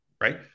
Right